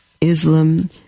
Islam